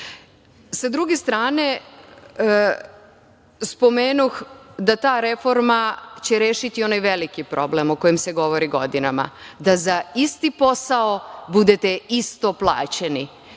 druge strane, spomenuh da će ta reforma rešiti onaj veliki problem o kojem se govori godinama, da za isti posao budete isto plaćeni.